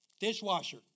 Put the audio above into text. dishwasher